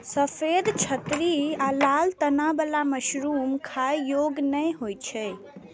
सफेद छतरी आ लाल तना बला मशरूम खाइ योग्य नै होइ छै